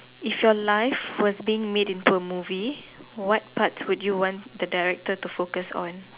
if your life was being made into a movie what parts would you want the director to focus on